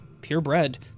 purebred